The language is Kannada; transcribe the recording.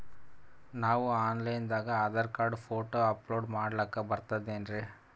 ನಾವು ಆನ್ ಲೈನ್ ದಾಗ ಆಧಾರಕಾರ್ಡ, ಫೋಟೊ ಅಪಲೋಡ ಮಾಡ್ಲಕ ಬರ್ತದೇನ್ರಿ?